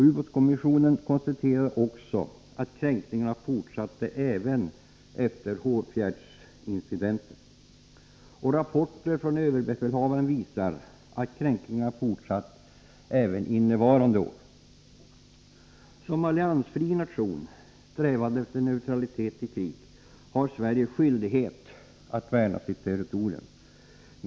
Ubåtskommissionen konstaterade också att kränkningarna fortsatte även efter Hårsfjärdsincidenten. Rapporter från överbefälhavaren visar att kränkningarna fortsatt även innevarande år. Som alliansfri nation, strävande efter neutralitet i krig, har Sverige skyldighet att värna sitt territorium.